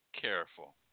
careful